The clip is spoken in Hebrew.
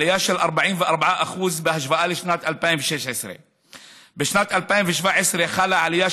עלייה של 44% בהשוואה לשנת 2016. בשנת 2017 חלה עלייה